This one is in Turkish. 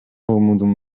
umudum